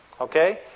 Okay